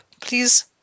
please